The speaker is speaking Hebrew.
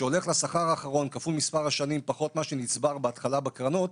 שהולך לשכר האחרון כפול מספר השנים פחות מה שנצבר בהתחלה בקרנות,